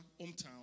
hometown